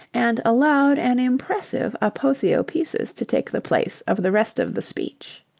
and allowed an impressive aposiopesis to take the place of the rest of the speech.